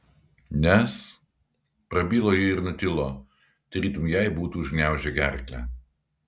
nes prabilo ji ir nutilo tarytum jai būtų užgniaužę gerklę